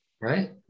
Right